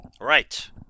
Right